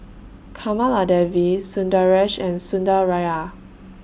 Kamaladevi Sundaresh and Sundaraiah